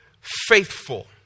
faithful